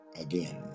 again